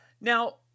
Now